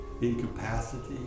incapacity